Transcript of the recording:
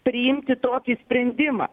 priimti tokį sprendimą